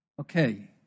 Okay